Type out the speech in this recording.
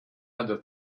other